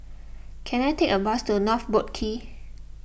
can I take a bus to North Boat Quay